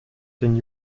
den